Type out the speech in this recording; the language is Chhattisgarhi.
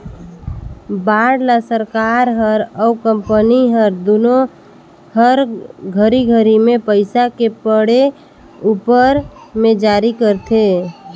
बांड ल सरकार हर अउ कंपनी हर दुनो हर घरी घरी मे पइसा के पड़े उपर मे जारी करथे